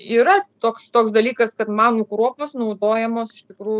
yra toks toks dalykas kad manų kruopos naudojamos iš tikrų